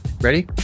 Ready